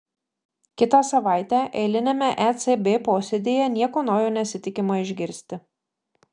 kitą savaitę eiliniame ecb posėdyje nieko naujo nesitikima išgirsti